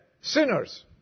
sinners